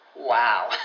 Wow